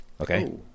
okay